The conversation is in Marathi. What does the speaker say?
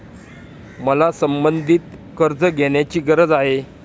मला संबंधित कर्ज घेण्याची गरज आहे